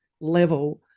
level